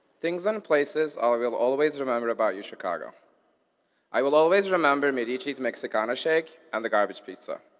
things and places i will always remember about uchicago i will always remember medici's mexicana shake and the garbage pizza.